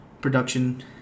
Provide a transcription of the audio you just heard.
production